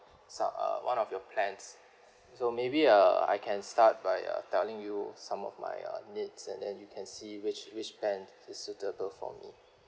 so~ uh one of your plans so maybe uh I can start by uh telling you some of my uh needs and then you can see which which plan is suitable for me